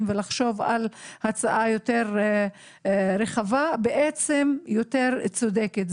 ולחשוב על הצעה יותר רחבה ויותר צודקת.